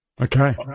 Okay